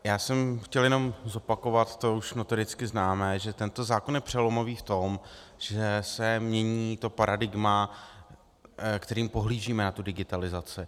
Já jsem chtěl jenom zopakovat to už notoricky známé, že tento zákon je přelomový v tom, že se mění to paradigma, kterým pohlížíme na digitalizaci.